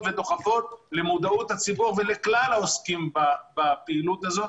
ודוחפות למודעות הציבור ולכלל העוסקים בפעילות הזו.